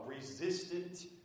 resistant